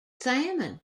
salmon